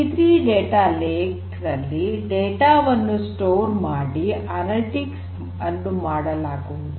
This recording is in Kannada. ಸಿ೩ ಡೇಟಾ ಲೇಕ್ ನಲ್ಲಿ ಡೇಟಾ ವನ್ನು ಸಂಗ್ರಹಣೆ ಮಾಡಿ ಅನಲಿಟಿಕ್ಸ್ ಅನ್ನು ಮಾಡಲಾಗುವುದು